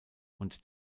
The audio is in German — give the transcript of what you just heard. und